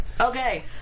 Okay